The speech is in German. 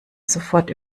sofort